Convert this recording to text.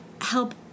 help